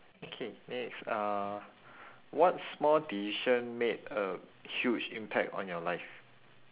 okay next uh what small decision made a huge impact on your life